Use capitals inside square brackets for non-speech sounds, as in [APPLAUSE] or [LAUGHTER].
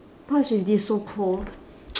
what's with this so cold [NOISE]